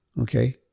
Okay